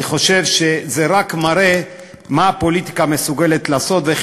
אני חושב שזה רק מראה מה הפוליטיקה מסוגלת לעשות ואיך